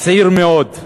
מסעיר מאוד,